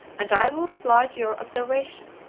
and i will reply to your observation.